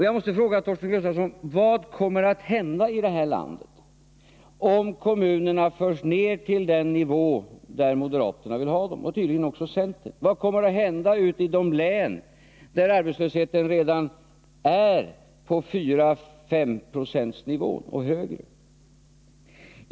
Vad kommer att hända i detta land, Torsten Gustafsson, om kommunerna förs ned till den nivå där moderaterna och tydligen också centern vill ha dem? Vad kommer att hända i de län där arbetslösheten redan är uppe i 4 å 5 90 och mer?